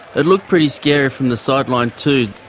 it looked pretty scary from the sideline too.